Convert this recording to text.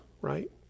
right